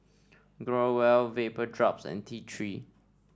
Growell Vapodrops and T Three